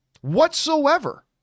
whatsoever